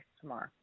tomorrow